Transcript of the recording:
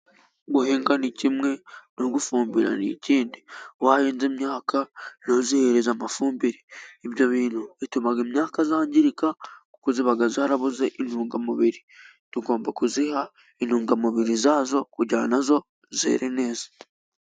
Guhinga ni kimwe, no gufumbira ni ikindi. Wahinze imyaka ntuyihereze amafumbire. Ibyo bintu bituma imyaka yangirika, kuko iba yarabuze intungamubiri. Tugomba kuyiha intungamubiri zayo, kugira nayo yere neza.